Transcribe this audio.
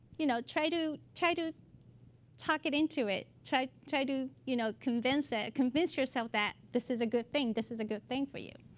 you know try to try to talk it into it. try try to you know convince ah convince yourself that this is a good thing, this is a good thing for you.